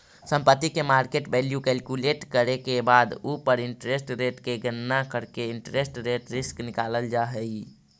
संपत्ति के market value calculate करे के बाद उ पर इंटरेस्ट रेट के गणना करके इंटरेस्ट रेट रिस्क निकालल जा हई